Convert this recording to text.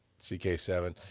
CK7